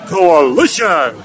Coalition